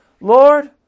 Lord